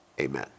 Amen